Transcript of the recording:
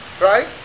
Right